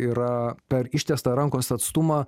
yra per ištiestą rankos atstumą